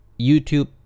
youtube